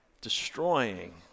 destroying